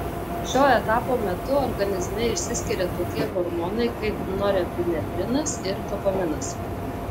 šio etapo metu organizme išsiskiria tokie hormonai kaip norepinefrinas ir dopaminas